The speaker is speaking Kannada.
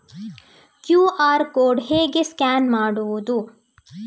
ಕ್ಯೂ.ಆರ್ ಕೋಡ್ ಹೇಗೆ ಸ್ಕ್ಯಾನ್ ಮಾಡುವುದು?